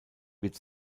wird